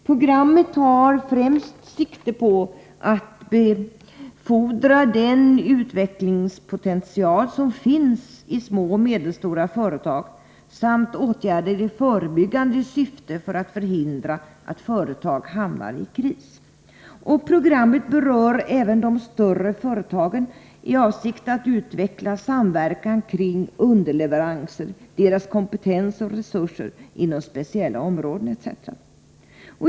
Programmet tar främst sikte på att befordra den utvecklingspotential som finns i små och medelstora företag samt åtgärder i förebyggande syfte för att förhindra att företag hamnar i kris. Programmet berör även de större företagen i avsikt att utveckla samverkan kring underleveranser, deras kompetens och resurser inom speciella områden etc.